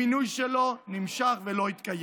המינוי שלו נמשך ולא התקיים.